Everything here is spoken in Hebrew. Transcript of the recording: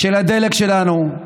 של הדלק שלנו,